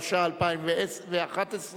התשע"א 2011,